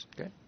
Okay